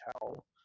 tell